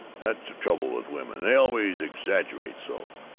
that's the trouble with women. they always exaggerate so.